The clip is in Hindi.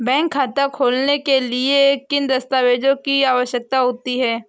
बैंक खाता खोलने के लिए किन दस्तावेजों की आवश्यकता होती है?